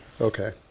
Okay